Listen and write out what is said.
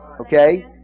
Okay